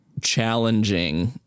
challenging